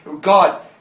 God